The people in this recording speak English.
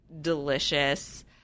delicious